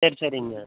சரி சரிங்க